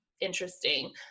interesting